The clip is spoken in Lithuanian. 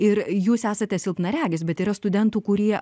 ir jūs esate silpnaregis bet yra studentų kurie